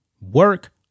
work